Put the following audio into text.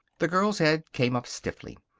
the girl's head came up stiffly.